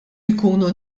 jkunu